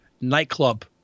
Nightclub